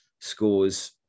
scores